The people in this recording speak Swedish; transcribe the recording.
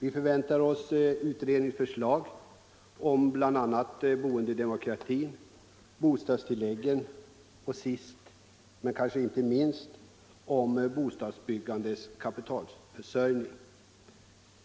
Vi förväntar oss utredningsförslag om bl.a. boendedemokratin, bostadstilläggen och — sist men kanske inte minst — bostadsbyggandets kapitalförsörjning.